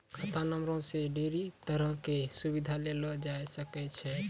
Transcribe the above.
खाता नंबरो से ढेरी तरहो के सुविधा लेलो जाय सकै छै